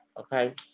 okay